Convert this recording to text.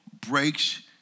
breaks